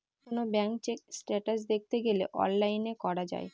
কোনো bank check status দেখতে গেলে অনলাইনে করা যায়